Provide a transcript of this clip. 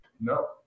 No